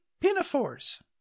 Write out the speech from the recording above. pinafores